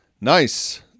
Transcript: Nice